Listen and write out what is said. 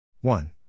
One